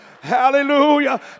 Hallelujah